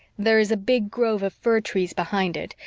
there is a big grove of fir trees behind it,